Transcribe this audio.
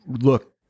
look